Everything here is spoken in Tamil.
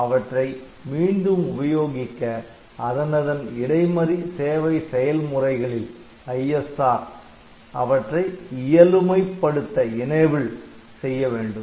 அவற்றை மீண்டும் உபயோகிக்க அதனதன் இடைமறி சேவை செயல்முறைகளில் அவற்றை இயலுமைப்படுத்த வேண்டும்